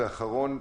והאחרון,